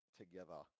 together